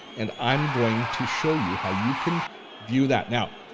and i'm going to show you how you can view that. now,